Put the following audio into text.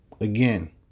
Again